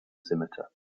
scimitar